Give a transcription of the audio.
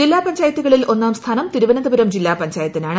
ജില്ലാ പഞ്ചായത്തുകളിൽ ഒന്നാം സ്ഥാനം തിരുവനന്തപുരം ജില്ലാ പഞ്ചായത്തിനാണ്